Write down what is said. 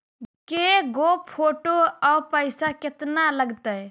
के गो फोटो औ पैसा केतना लगतै?